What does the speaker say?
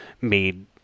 made